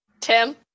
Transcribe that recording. tim